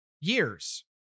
years